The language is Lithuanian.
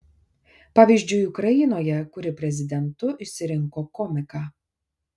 pavyzdžiui ukrainoje kuri prezidentu išsirinko komiką